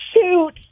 shoot